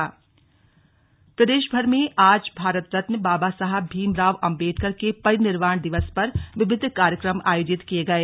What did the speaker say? अंबेडकर श्रद्वांजलि प्रदेश भर में आज भारत रत्न बाबा साहब भीमराव अंबेडकर के परिनिर्वाण दिवस पर विविध कार्यक्रम आयोजित किये गये